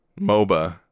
MOBA